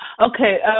Okay